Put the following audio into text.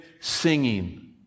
singing